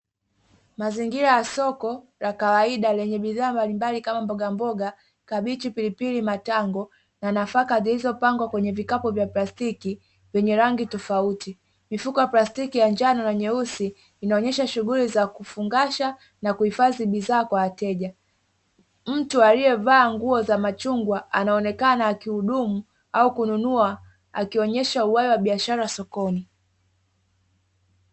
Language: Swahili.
Mazingira ya soko la kawaida lenye bidhaa mbalimbali kama vile mobgamboga, kabichi, pilipili, matango na nafaka zilizopangwa kwenye vikapu vya plastiki vyenye rangi tofauti. Mifuko ya plastiki ya njano na nyeusi inaonyesha shughuli za kufungasha na kuhifadhi bidhaa kwa wateja. Mtu aliyevaa nguo za machungwa anaonekana akihudumu au kununua akionyesha uhai wa biashara sokoni.